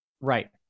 right